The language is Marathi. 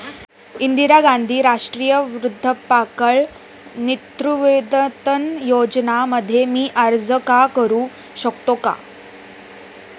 इंदिरा गांधी राष्ट्रीय वृद्धापकाळ निवृत्तीवेतन योजना मध्ये मी अर्ज का करू शकतो का?